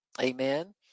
Amen